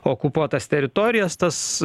okupuotas teritorijas tas